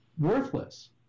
worthless